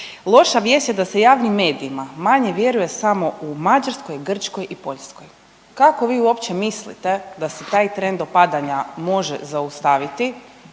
Loša vijest je da se javnim medijima manje vjeruje samo u Mađarskoj, Grčkoj i Poljskoj. Kako vi uopće mislite da se taj trend opadanja može zaustaviti